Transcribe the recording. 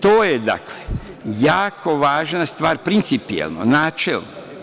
To je dakle jako važna stvar, principijelna, načelna.